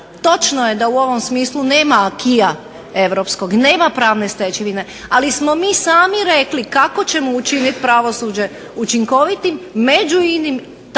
točno je da u ovom smislu nema acquisa europskog, nema pravne stečevine, ali smo mi sami rekli kako ćemo učiniti pravosuđe učinkovitim među inim, tako